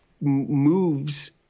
moves